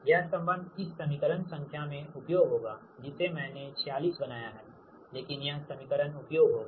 यह संबंध इस समीकरण संख्या में उपयोग होगा जिसे मैंने 46 बनाया है लेकिन यह समीकरण उपयोग होगा